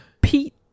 Pete